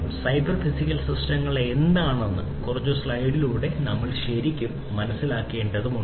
ഈ cyber physical സിസ്റ്റങ്ങൾ എന്താണെന്ന് അടുത്ത കുറച്ച് സ്ലൈഡുകളിലൂടെ നമ്മൾ ശരിക്കും മനസ്സിലാക്കേണ്ടതുണ്ട്